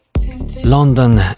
London